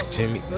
Jimmy